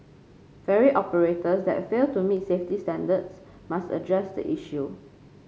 ferry operators that fail to meet safety standards must address the issue